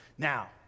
Now